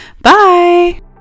bye